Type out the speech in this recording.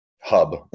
hub